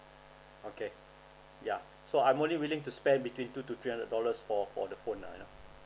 okay yeah so I'm only willing to spend between two to three hundred dollars for for the phone ah you know